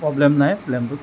problem নাই প্লেনটোত